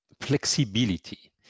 flexibility